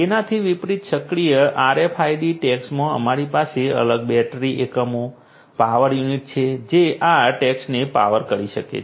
તેનાથી વિપરીત સક્રિય RFID ટૅગ્સમાં અમારી પાસે અલગ બેટરી એકમો પાવર યુનિટ છે જે આ ટૅગ્સને પાવર કરી શકે છે